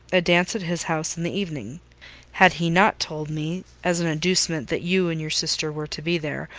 a dance at his house in the evening had he not told me as an inducement that you and your sister were to be there,